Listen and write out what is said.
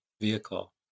vehicle